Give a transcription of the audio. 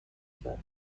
فکر